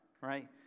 right